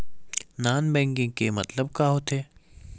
Non banking के मतलब का होथे?